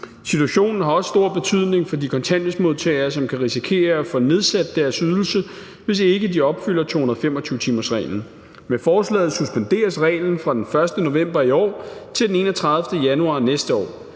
Situationen har også stor betydning for de kontanthjælpsmodtagere, som kan risikere at få nedsat deres ydelse, hvis ikke de opfylder 225-timersreglen. Med forslaget suspenderes reglen fra den 1. november i år til den 31. januar næste år.